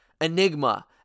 enigma